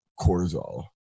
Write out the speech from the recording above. cortisol